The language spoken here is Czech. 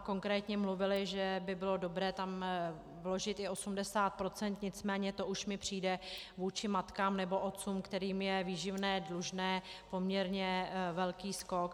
Konkrétně mluvili, že by bylo dobré tam vložit i 80 %, nicméně to už mi přijde vůči matkám nebo otcům, kterým je výživné dlužné, poměrně velký skok.